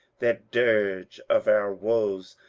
that dirge of our woes,